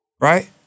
Right